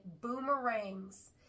boomerangs